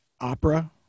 opera